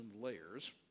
layers